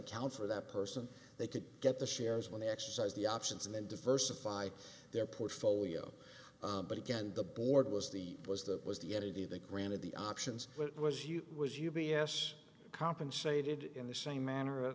account for that person they could get the shares when they exercise the options and then diversify their portfolio but again the board was the was that was the entity that granted the options but it was you was u b s compensated in the same manner